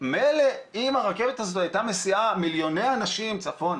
מילא אם הרכבת הזאת הייתה מסיעה מיליוני אנשים צפונה,